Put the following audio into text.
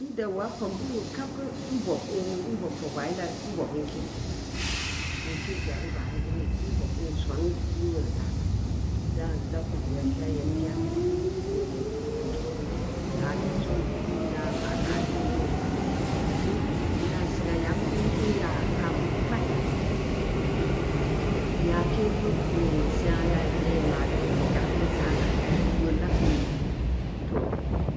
N dau wa fog liu weu kab geu, n bob og waa yila reu n bob in kirki ga, in kirkiya bu baa yere geu nii, n bob in soon ni weureu ga, da kum yelkeya yelkeya, geu akin song, ina ma gaa kin yere sengua n yaa pa’n beu geu pad, yaake ehh sengna yai ma’re fog ga kan ka’na weulla kum duu, too,